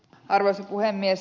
arvoisa puhemies